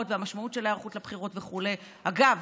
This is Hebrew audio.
והמשמעות של ההיערכות לבחירות וכו' אגב,